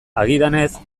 agidanez